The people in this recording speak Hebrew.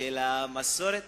המסורת